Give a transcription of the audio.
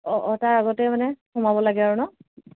অঁ অঁ তাৰ আগতে মানে সোমাব লাগে আৰু ন